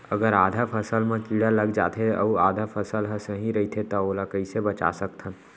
अगर आधा फसल म कीड़ा लग जाथे अऊ आधा फसल ह सही रइथे त ओला कइसे बचा सकथन?